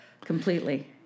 completely